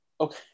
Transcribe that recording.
okay